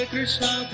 Krishna